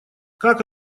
как